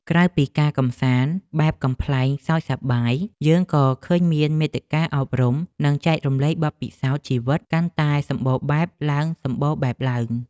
ក្រៅពីការកម្សាន្តបែបកំប្លែងសើចសប្បាយ យើងក៏ឃើញមានមាតិកាអប់រំ និងចែករំលែកបទពិសោធន៍ជីវិតកាន់តែសម្បូរបែបឡើង។